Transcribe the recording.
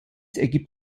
ergibt